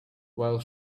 while